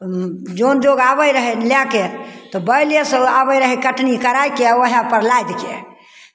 जन जोग आबैत रहय लए कऽ तऽ बैलेसँ आबैत रहय कटनी कराय कऽ उएहपर लादि कऽ